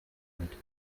mit